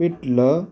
पिठलं